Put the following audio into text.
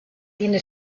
tiene